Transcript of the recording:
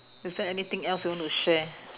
is there anything else you want to share